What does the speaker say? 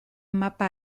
mapa